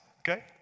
okay